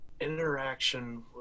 Interaction